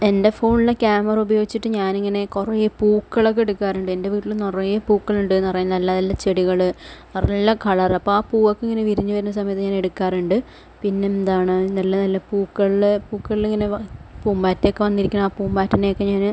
എൻ്റെ ഫോണിലെ ക്യാമറ ഉപയോഗിച്ചിട്ട് ഞാൻ ഇങ്ങനെ കുറേ പൂക്കളൊക്കെ എടുക്കാറുണ്ട് എൻ്റെ വീട്ടിൽ നിറയെ പൂക്കളുണ്ട് നിറയെ നല്ല നല്ല ചെടികൾ നല്ല കളർ അപ്പോൾ ആ പൂവൊക്കെ ഇങ്ങനെ വിരിഞ്ഞ് വരുന്ന സമയത്ത് ഞാൻ എടുക്കാറുണ്ട് പിന്നെ എന്താണ് നല്ല നല്ല പൂക്കളിലെ പൂക്കളില് ഇങ്ങനെ പൂമ്പാറ്റയൊക്കെ വന്നിരിക്കുന്ന ആ പൂമ്പാറ്റയെ ഒക്കെ ഞാൻ